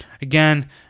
again